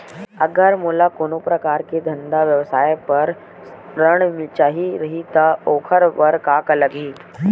अगर मोला कोनो प्रकार के धंधा व्यवसाय पर ऋण चाही रहि त ओखर बर का का लगही?